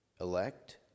elect